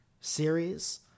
series